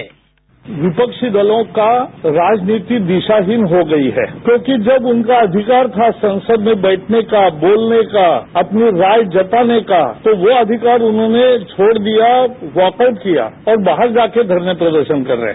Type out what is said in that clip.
sound byte विपक्षी दलों का राजनीति दिशाहीन हो गई है क्योंकि जब उनका अधिकार था संसद में बैठने का ़ बोलने का अपनी राय जताने का तो वो अधिकार उन्होंने छोड़ दिया वॉकआउट किया और बाहर जाकर धरना प्रदर्शन कर रहे है